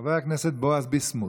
חבר הכנסת בועז ביסמוט,